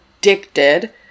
addicted